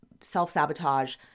self-sabotage